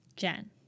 Jen